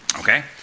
Okay